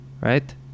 right